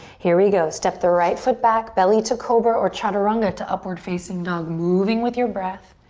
here we go. step the right foot back. belly to cobra or chaturanga to upward facing dog. moving with your breath.